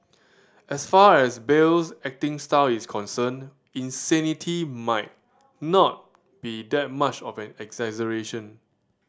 as far as Bale's acting style is concerned insanity might not be that much of an exaggeration